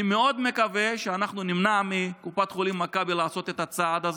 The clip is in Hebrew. אני מקווה מאוד שאנחנו נמנע מקופת חולים מכבי לעשות את הצעד הזה.